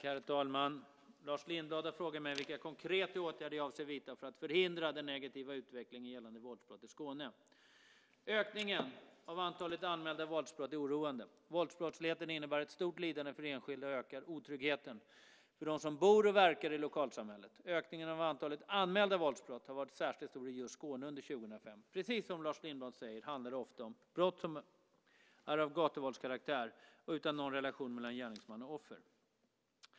Herr talman! Lars Lindblad har frågat mig vilka konkreta åtgärder jag avser att vidta för att förhindra den negativa utvecklingen gällande våldsbrott i Skåne. Ökningen av antalet anmälda våldsbrott är oroande. Våldsbrottsligheten innebär ett stort lidande för enskilda och ökar otryggheten för dem som bor och verkar i lokalsamhället. Ökningen av antalet anmälda våldsbrott har varit särskilt stor i just Skåne under 2005. Precis som Lars Lindblad säger handlar det ofta om brott som är av gatuvåldskaraktär och utan någon relation mellan gärningsman och offer.